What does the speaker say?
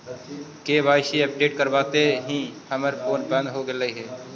KYC update करवाते समय ही हमर फोन बंद हो गेलई